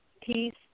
peace